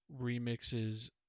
remixes